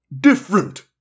Different